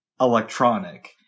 electronic